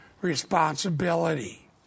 responsibility